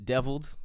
Deviled